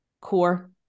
core